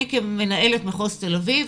אני כמנהלת מחוז תל אביב,